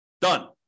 Done